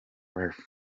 wife